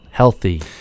Healthy